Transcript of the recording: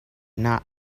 not